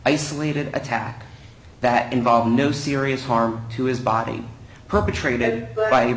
isolated attack that involved no serious harm to his body perpetrated by